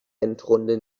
endrunde